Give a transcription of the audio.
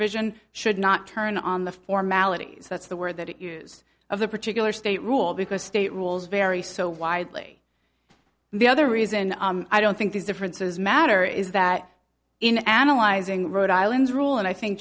provision should not turn on the formalities that's the word that it used of the particular state rule because state rules vary so widely the other reason i don't think these differences matter is that in analyzing rhode island's rule and i think